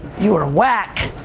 you are whack,